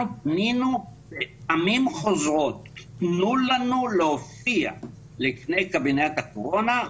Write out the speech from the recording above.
אנחנו פנינו בפעמים חוזרות: תנו לנו להופיע בפני קבינט הקורונה,